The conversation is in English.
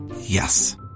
Yes